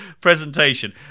presentation